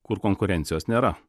kur konkurencijos nėra